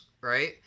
right